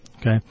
okay